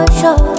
show